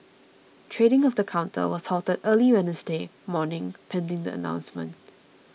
trading of the counter was halted early Wednesday morning pending the announcement